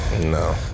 No